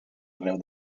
arreu